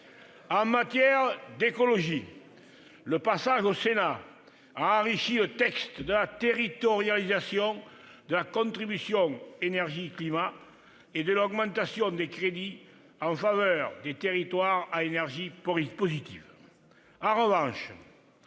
En matière d'écologie, le passage au Sénat a enrichi le texte de la territorialisation de la contribution climat-énergie et de l'augmentation des crédits en faveur des territoires à énergie positive. En revanche,